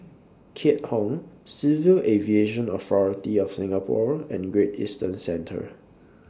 Keat Hong Civil Aviation Authority of Singapore and Great Eastern Centre